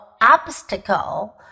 obstacle